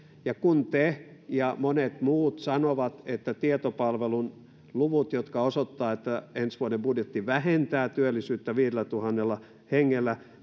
ja kun te sanotte ja monet muut sanovat että tietopalvelun luvut jotka osoittavat että ensi vuoden budjetti vähentää työllisyyttä viidellätuhannella hengellä